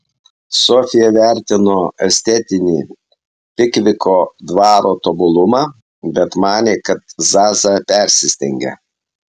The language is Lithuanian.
sofija vertino estetinį pikviko dvaro tobulumą bet manė kad zaza persistengia